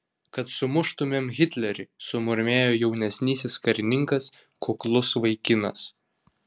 kad sumuštumėm hitlerį sumurmėjo jaunesnysis karininkas kuklus vaikinas